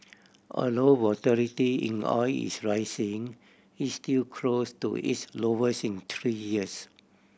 although volatility in oil is rising it's still close to its lowest in three years